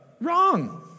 Wrong